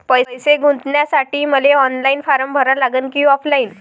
पैसे गुंतन्यासाठी मले ऑनलाईन फारम भरा लागन की ऑफलाईन?